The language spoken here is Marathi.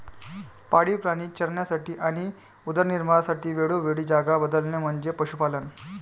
पाळीव प्राणी चरण्यासाठी आणि उदरनिर्वाहासाठी वेळोवेळी जागा बदलणे म्हणजे पशुपालन